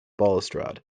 balustrade